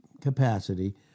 capacity